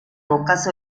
rocas